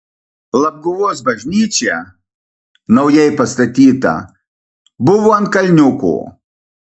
labguvos bažnyčia naujai pastatyta buvo ant kalniuko